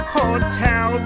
hotel